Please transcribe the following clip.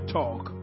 talk